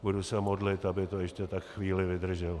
Budu se modlit, aby to ještě tak chvíli vydrželo.